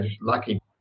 lucky